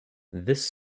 this